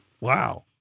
Wow